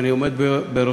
שאני עומד בראשה,